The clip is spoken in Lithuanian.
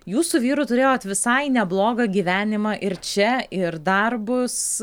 jūs su vyru turėjot visai neblogą gyvenimą ir čia ir darbus